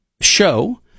show